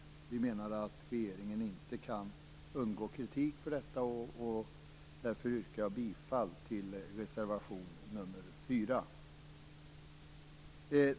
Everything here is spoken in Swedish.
Vi menar att regeringen inte kan undgå kritik för detta. Därför yrkar jag bifall till reservation nr 4.